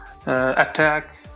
attack